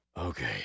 Okay